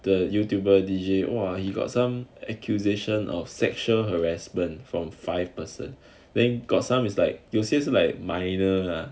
the youtube or D_J !wah! he got some accusations of sexual harassment from five person then got some is like 有些 like minor lah